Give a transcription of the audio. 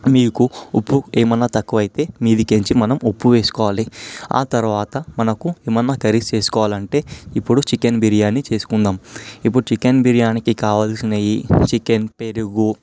మీకు ఉప్పు ఏమైనా తక్కువైతే మీద నుంచి మనము ఉప్పు వేసుకోవాలి ఆ తర్వాత మనకు ఏమైనా కర్రీస్ చేసుకోవాలంటే ఇప్పుడు చికెన్ బిర్యాని చేసుకుందాము ఇప్పుడు చికెన్ బిర్యానికి కావలసినవి చికెన్ పెరుగు